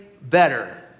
better